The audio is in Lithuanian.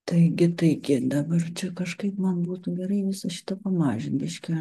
taigi taigi dabar čia kažkaip man būtų gerai visą šitą pamažint biškeli